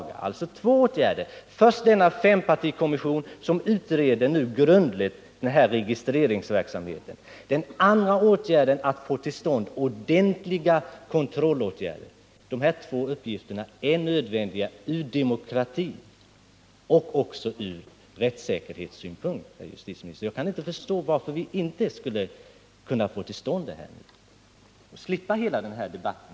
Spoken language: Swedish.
Det är alltså två saker som krävs: dels att man tillsätter en fempartikommission som grundligt utreder registreringsverksamheten, dels att man får till stånd ordentliga kontrollåtgärder. Båda dessa åtgärder är nödvändiga från demokratisk synpunkt och från rättssäkerhetssynpunkt. Jag kan inte förstå varför vi inte skulle kunna vidta dessa åtgärder och kanske i fortsättningen slippa hela den här debatten.